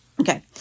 Okay